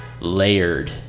layered